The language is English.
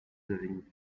having